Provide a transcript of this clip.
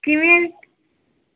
ਕਿਵੇਂ ਆ